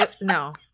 No